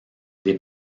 des